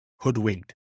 hoodwinked